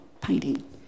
painting